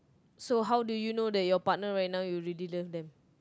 so how do you know that your partner right now you really love them